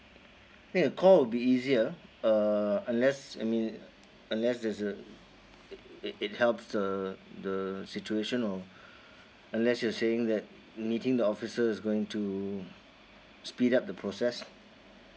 I think a call will be easier uh unless I mean unless there's a it it it helps the the situation or unless you are saying that meeting the officers is going to speed up the process